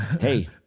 Hey